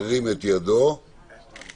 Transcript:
מי נגד?